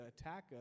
attack